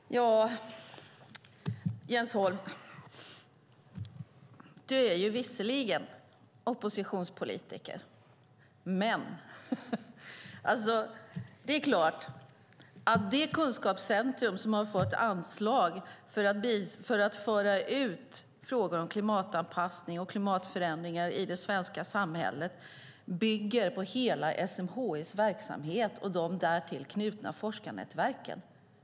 Fru talman! Ja, Jens Holm, du är visserligen oppositionspolitiker, men . Det kunskapscentrum som fått anslag för att föra ut frågor om klimatanpassning och klimatförändringar i det svenska samhället bygger på hela SMHI:s verksamhet och de därtill knutna forskarnätverken.